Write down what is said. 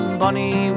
bunny